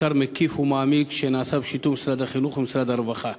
מחקר מקיף ומעמיק שנעשה בשיתוף משרד החינוך ומשרד הרווחה.